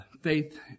faith